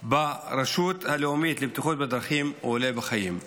ברשות הלאומית לבטיחות בדרכים עולה בחיים.